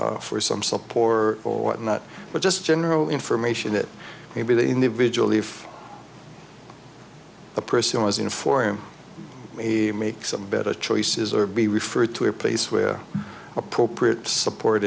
cummings for some support or whatnot but just general information it may be the individual if the person was in for him he makes them better choices or be referred to a place where appropriate support